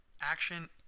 Action